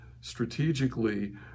strategically